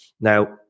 Now